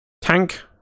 Tank